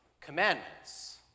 commandments